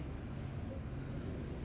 at most sergeant mah